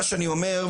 מה שאני אומר,